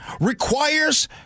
requires